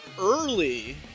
early